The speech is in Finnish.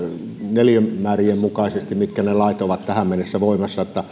neliömäärien mukaisesti mitkä lait ovat tähän mennessä voimassa